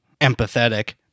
empathetic